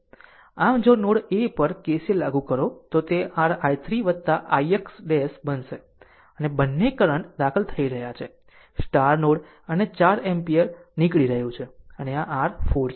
આમ જો node A પર KCL લાગુ કરો તો તે r i3 ix ' બનશે બંને કરંટ દાખલ થઈ રહ્યા છે નોડ અને 4 એમ્પીયર નીકળી રહ્યું છે અને આ r 4 છે